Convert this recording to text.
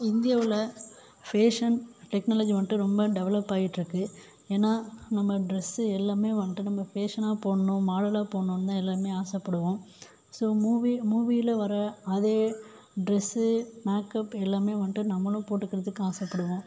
இந்தியாவில் ஃபேஷன் டெக்னாலஜிமண்ட்டு ரொம்ப டெவலப்பாயிட்டிருக்கு ஏன்னா நம்ப ட்ரெஸ்ஸு எல்லாமே வந்துட்டு நம்ப ஃபேஷனாக போடணும் மாடலாக போடணுன்தான் எல்லாமே ஆசைப்படுவோம் ஸோ மூவி மூவியில் வர அதே ட்ரெஸ் மேக்கப் எல்லாமே வந்துட்டு நம்பளும் போட்டுக்கறதுக்கு ஆசைப்படுவோம்